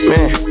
Man